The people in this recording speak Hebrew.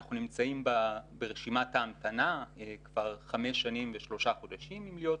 ואנחנו נמצאים ברשימת ההמתנה כבר חמש שנים ושלושה חודשים אם להיות